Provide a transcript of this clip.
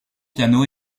piano